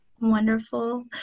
Wonderful